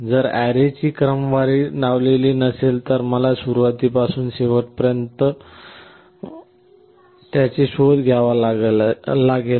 जर अॅरेची क्रमवारी लावलेली नसेल तर मला सुरुवातीपासून शेवटपर्यंत त्याचा शोध घ्यावा लागेल